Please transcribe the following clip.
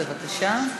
בבקשה.